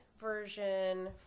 version